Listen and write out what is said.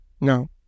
No